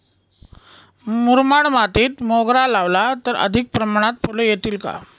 मुरमाड मातीत मोगरा लावला तर अधिक प्रमाणात फूले येतील का?